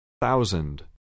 Thousand